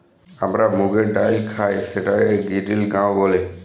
আমরা যে মুগের ডাইল খাই সেটাকে গিরিল গাঁও ব্যলে